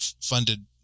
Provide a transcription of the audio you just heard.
funded